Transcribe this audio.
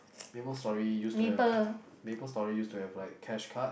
Maple Story used to have Maple Story used to have like cash card